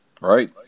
Right